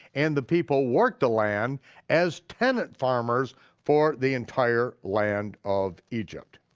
and the people worked the land as tenant farmers for the entire land of egypt.